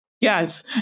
Yes